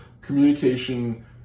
communication